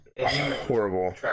horrible